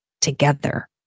together